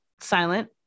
silent